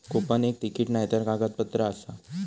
coupon एक तिकीट नायतर कागदपत्र आसा